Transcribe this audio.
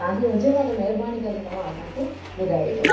तव्हांखे हुजेव त महिरबानी करे तव्हां असांखे ॿुधाएजो